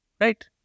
right